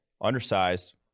Undersized